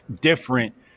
different